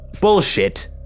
Bullshit